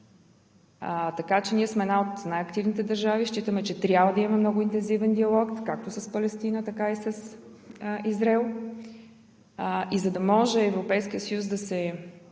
години. Ние сме една от най-активните държави и считаме, че трябва да имаме много интензивен диалог както с Палестина, така и с Израел. За да може Европейският съюз да се